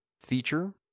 feature